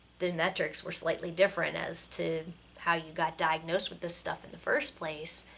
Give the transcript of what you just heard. the metrics were slightly different as to how you got diagnosed with this stuff in the first place,